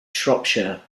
shropshire